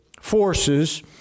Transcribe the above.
forces